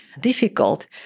difficult